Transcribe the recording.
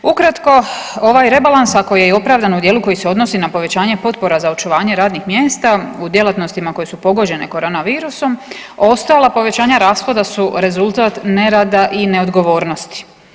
Ukratko, ovaj rebalans ako je i opravdan u dijelu koji se odnosi na povećanje potpora za očuvanje radnih mjesta u djelatnostima koje su pogođene korona virusom ostala povećanja rashoda su rezultat nerada i neodgovornosti.